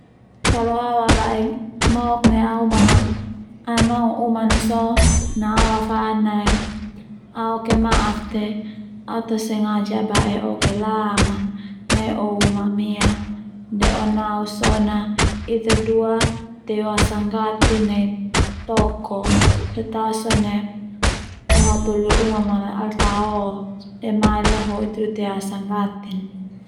Kalo au abae mok nai au umang a au nanong uman a so na au afadan ae au oke maaf te au ta sengaja abae o gelam ma nai o umam ia de o nau sone ita dua teu asa gatin nai toko te ta sone o hatoli umam al tao o de mai leo ho Ita dua teu asa gatin.